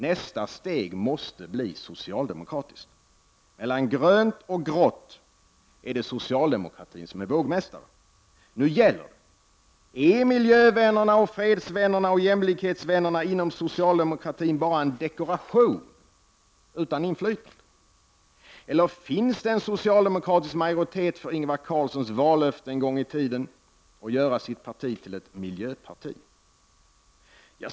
Nästa steg måste bli socialdemokratiskt. Mellan grönt och grått är det socialdemokratin som är vågmästare. Nu gäller det: Är miljövännerna, fredsvännerna och jämlikhetsvännerna inom socialdemokratin bara en dekoration utan inflytande? Eller finns det en socialdemokratisk majoritet för Ingvar Carlssons vallöfte en gång i tiden, att göra sitt parti till ett ”miljöparti”?